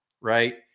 right